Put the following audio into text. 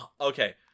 okay